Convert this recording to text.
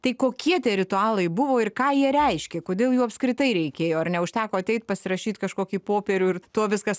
tai kokie tie ritualai buvo ir ką jie reiškė kodėl jų apskritai reikėjo ar neužteko ateit pasirašyt kažkokį popierių ir tuo viskas